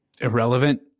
irrelevant